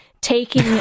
taking